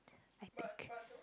I think